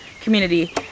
community